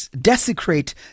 desecrate